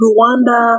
Rwanda